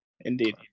indeed